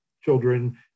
children